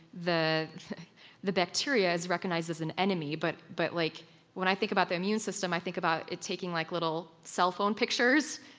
the the bacteria is recognized as an enemy but but like when i think about the immune system, i think about it taking like little cellphone pictures.